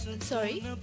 sorry